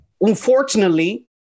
Unfortunately